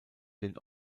den